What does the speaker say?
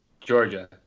Georgia